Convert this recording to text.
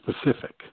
specific